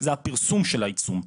זה הפרסום של העיצום,